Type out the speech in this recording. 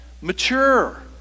Mature